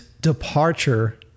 departure